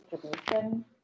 distribution